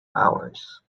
hours